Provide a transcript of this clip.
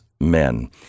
men